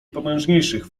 potężniejszych